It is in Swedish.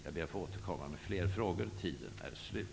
Jag ber att få återkomma med fler frågor. Tiden är slut.